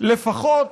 לפחות